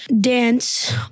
dance